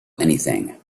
anything